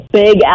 big